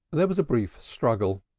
there was a brief struggle.